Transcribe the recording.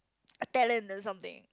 a talent or something